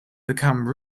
become